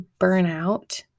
burnout